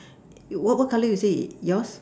what what color you said yours